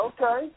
Okay